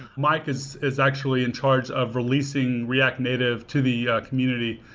mike is is actually in charge of releasing react native to the community.